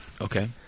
Okay